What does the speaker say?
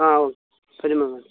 ആ ഓ പതിമൂന്ന്